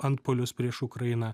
antpuolius prieš ukrainą